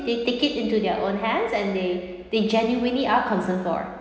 they take it into their own hands and they they genuinely are concern for